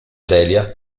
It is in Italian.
delia